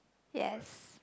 yes